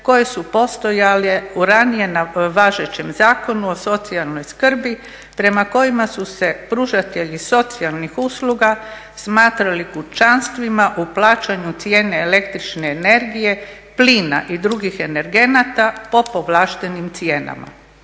koje su postojale u ranije važećem Zakonu o socijalnoj skrbi prema kojima su se pružatelji socijalnih usluga smatrali kućanstvima u plaćanju cijene el.energije, plina i drugih energenata po povlaštenim cijenama.